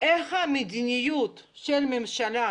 איך המדיניות של הממשלה